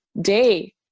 day